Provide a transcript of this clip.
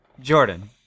jordan